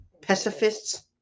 pacifist's